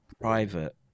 private